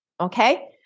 Okay